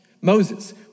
Moses